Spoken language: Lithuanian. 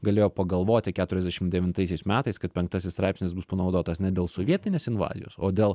galėjo pagalvoti keturiasdešim devintaisiais metais kad penktasis straipsnis bus panaudotas ne dėl sovietinės invazijos o dėl